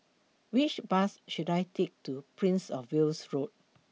Which Bus should I Take to Prince of Wales Road